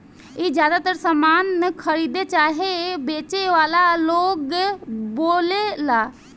ई ज्यातर सामान खरीदे चाहे बेचे वाला लोग बोलेला